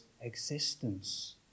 existence